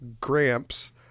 gramps